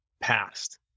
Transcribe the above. past